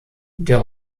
der